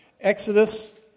Exodus